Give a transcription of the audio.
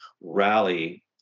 rally